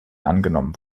angenommen